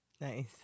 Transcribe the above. Nice